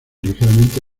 ligeramente